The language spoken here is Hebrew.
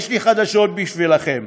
יש לי חדשות בשבילכם: